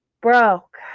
Broke